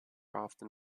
often